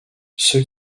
ceux